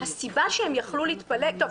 הסיבה שהם יכול להתפלג טוב,